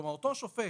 כלומר, אותו שופט